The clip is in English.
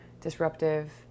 disruptive